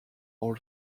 all